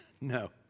No